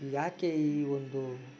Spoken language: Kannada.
ಯಾಕೆ ಈ ಒಂದು